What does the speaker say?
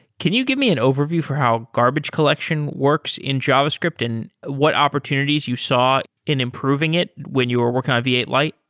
can you give me an overview for how garbage collection works in javascript and what opportunities you saw in improving it when you're working on v eight lite?